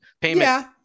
payment